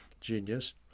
genius